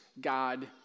God